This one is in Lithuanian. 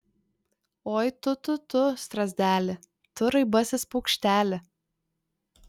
oi tu tu tu strazdeli tu raibasis paukšteli